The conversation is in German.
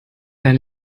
dein